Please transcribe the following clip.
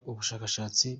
ubushakashatsi